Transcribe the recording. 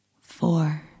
four